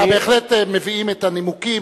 בהחלט מביאים את הנימוקים,